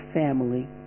family